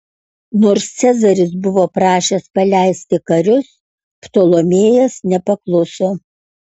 nors cezaris buvo prašęs paleisti karius ptolemėjas nepakluso